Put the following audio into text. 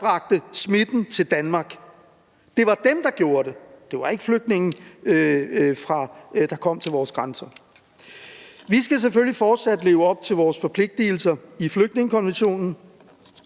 smitten til Danmark. Det var dem, der gjorde det – det var ikke flygtninge, der kom til vores grænser. Vi skal selvfølgelig fortsat leve op til vores forpligtelser i flygtningekonventionen,